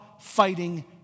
fighting